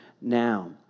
now